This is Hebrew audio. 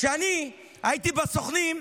כשאני הייתי בסוכנים,